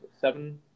seven